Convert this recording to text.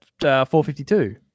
4:52